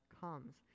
comes